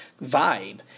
vibe